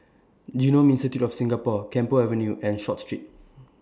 Genome Institute of Singapore Camphor Avenue and Short Street